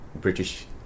British